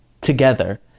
together